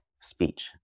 speech